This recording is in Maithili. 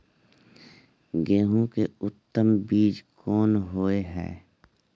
गेहूं के उत्तम बीज कोन होय है?